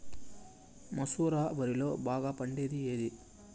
మసూర వరిలో బాగా పండేకి ఏది?